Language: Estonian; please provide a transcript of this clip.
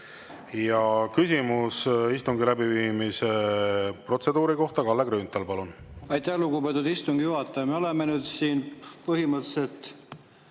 Küsimus istungi läbiviimise protseduuri kohta. Kalle Grünthal, palun! Aitäh, lugupeetud istungi juhataja! Me oleme nüüd siin põhimõtteliselt